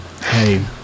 Hey